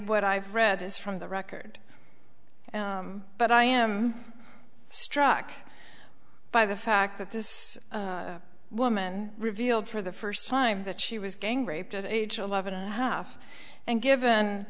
what i've read is from the record but i am struck by the fact that this woman revealed for the first time that she was gang raped at age eleven and a half and given